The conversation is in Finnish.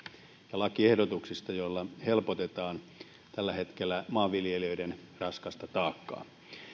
ja lakiehdotuksista joilla helpotetaan tällä hetkellä maanviljelijöiden raskasta taakkaa